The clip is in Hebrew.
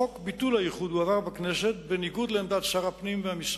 חוק ביטול האיחוד הועבר בכנסת בניגוד לעמדת שר הפנים והמשרד.